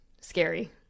scary